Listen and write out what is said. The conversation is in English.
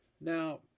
Now